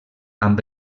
amb